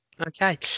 okay